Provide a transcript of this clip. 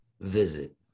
visit